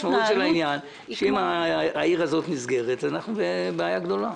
אם העיר הזאת נסגרת אנחנו בבעיה גדולה.